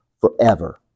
forever